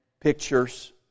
pictures